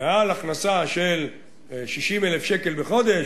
מעל הכנסה של 60,000 שקל חודש,